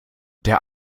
der